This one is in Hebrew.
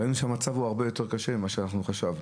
וראינו שהמצב הוא הרבה יותר קשה ממה שאנחנו חשבנו.